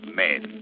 men